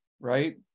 right